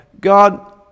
God